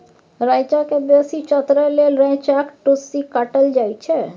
रैंचा केँ बेसी चतरै लेल रैंचाक टुस्सी काटल जाइ छै